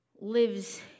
lives